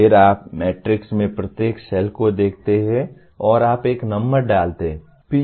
फिर आप मैट्रिक्स में प्रत्येक सेल को देखते हैं और आप एक नंबर डालते हैं